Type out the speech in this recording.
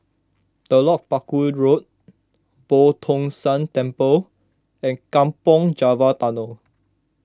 Telok Paku Road Boo Tong San Temple and Kampong Java Tunnel